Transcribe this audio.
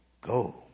Go